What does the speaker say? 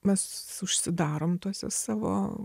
mes užsidarom tuose savo